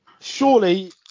Surely